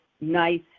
nice